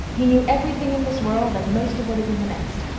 he knew everything in this world and most of what is in the next.